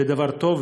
זה דבר טוב,